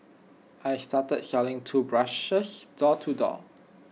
I started selling toothbrushes door to door